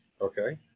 okay